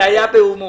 זה היה בהומור.